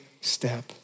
step